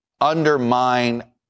undermine